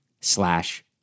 slash